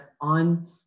on